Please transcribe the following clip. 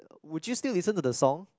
would you still listen to the song